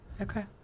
Okay